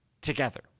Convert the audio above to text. together